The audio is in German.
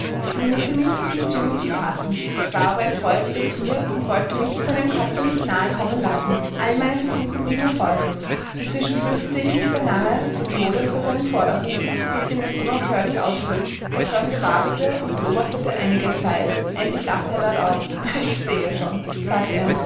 ich bemühte mich den zügel zu fassen es war aber ein feuriges tier und wollte mich seinem kopfe nicht nahe kommen lassen all meine versuche blieben erfolglos inzwischen fürchtete ich mich beinahe zu tode vor seinen vorderhufen mit denen es unaufhörlich ausschlug der fremde wartete und beobachtete einige zeit endlich lachte er laut auf ich sehe schon sagte er